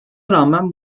rağmen